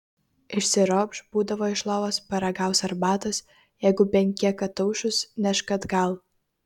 išsiropš būdavo iš lovos paragaus arbatos jeigu bent kiek ataušus nešk atgal